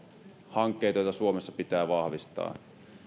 hankkeita joita suomessa pitää vahvistaa